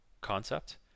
concept